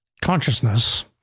consciousness